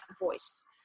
voice